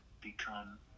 become